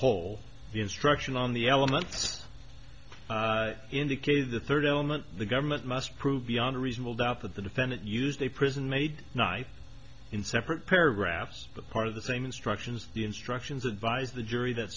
whole the instruction on the elements indicated the third element the government must prove beyond a reasonable doubt that the defendant used a prison made knife in separate paragraphs but part of the same instructions the instructions advise the jury that